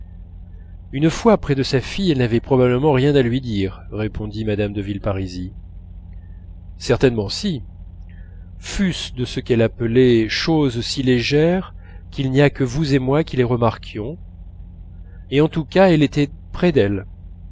une fois près de sa fille elle n'avait probablement rien à lui dire répondit mme de villeparisis certainement si fût-ce de ce qu'elle appelait choses si légères qu'il n'y a que vous et moi qui les remarquions et en tous cas elle était près d'elle